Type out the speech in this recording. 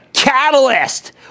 catalyst